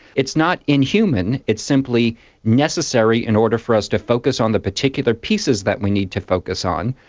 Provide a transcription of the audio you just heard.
it's not inhuman, it's simply necessary in order for us to focus on the particular pieces that we need to focus on,